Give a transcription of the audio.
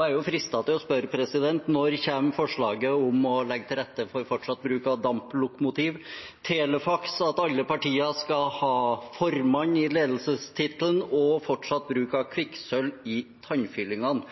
Jeg er fristet til å spørre: Når kommer forslaget om å legge til rette for fortsatt bruk av damplokomotiv, telefaks, at alle partier skal ha «formann» i ledelsestittelen, og fortsatt bruk av kvikksølv i tannfyllingene?